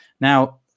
Now